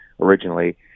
originally